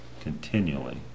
continually